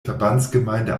verbandsgemeinde